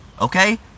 Okay